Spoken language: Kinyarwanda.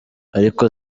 ariko